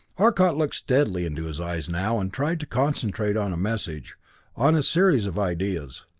arcot looked steadily into his eyes now, and tried to concentrate on a message on a series of ideas.